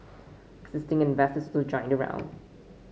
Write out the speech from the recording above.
existing investors also joined the round